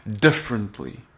differently